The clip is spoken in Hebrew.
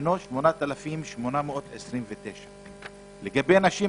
שהינו 8,829. לגבי נשים,